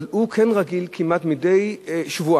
אבל הוא כן רגיל כמעט מדי שבועיים,